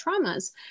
traumas